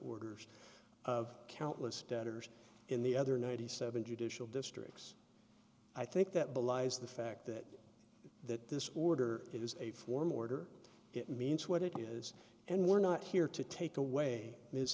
orders of countless debtors in the other ninety seven judicial districts i think that belies the fact that that this order is a formal order it means what it is and we're not here to take away his